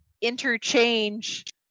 interchange